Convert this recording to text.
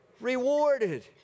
Rewarded